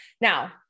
Now